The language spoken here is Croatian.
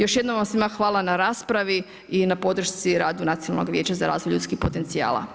Još jednom vam svima hvala na raspravi i na podršci rada Nacionalnog vijeća za razvoj ljudskih potencijala.